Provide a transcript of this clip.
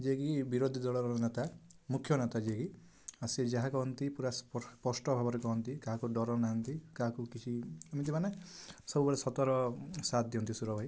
ଯିଏକି ବିରୋଧୀ ଦଳର ନେତା ମୁଖ୍ୟ ନେତା ଯିଏକି ଆଉ ସିଏ ଯାହା କୁହନ୍ତି ପୁରା ସ୍ପଷ୍ଟ ଭାବରେ କୁହନ୍ତି କାହାକୁ ଡର ନାହାଁନ୍ତି କାହାକୁ କିଛି କିଛି ଏମିତି ମାନେ ସବୁବେଳେ ସତର ସାଥ ଦିଅନ୍ତି ସୁର ଭାଇ